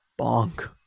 Bonk